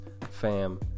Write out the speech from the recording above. fam